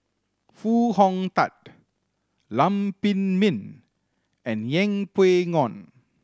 Foo Hong Tatt Lam Pin Min and Yeng Pway Ngon